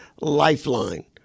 lifeline